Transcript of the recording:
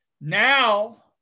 Now